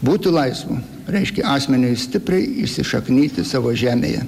būti laisvu reiškia asmeniui stipriai įsišaknyti savo žemėje